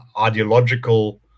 ideological